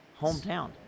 hometown